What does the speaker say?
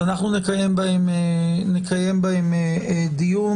אז אנחנו נקיים בהן דיון.